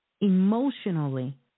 emotionally